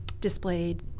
displayed